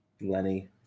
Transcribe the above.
Lenny